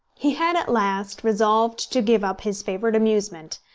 he had at last resolved to give up his favourite amusement,